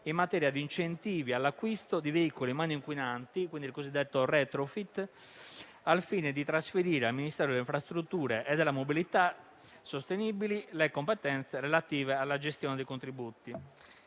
in materia di incentivi all'acquisto di veicoli meno inquinanti, il cosiddetto retrofit, al fine di trasferire al Ministero delle infrastrutture e della mobilità sostenibili le competenze relative alla gestione dei contributi.